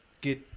get